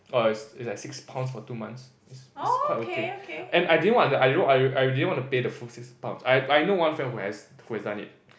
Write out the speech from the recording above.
oh it's it's a six pounds for two months it's it's quite okay and I didn't want I didn't want to pay the full six pounds I know one friend who has who has done it